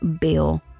Bill